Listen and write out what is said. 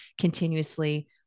continuously